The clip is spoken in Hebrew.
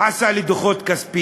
הוא עשה לי דוחות כספיים,